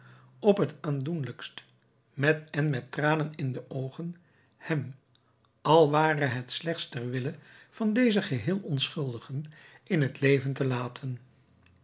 op het aandoenlijkst en met tranen in de oogen hem al ware het slechts ter wille van deze geheel onschuldigen in het leven te laten